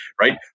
right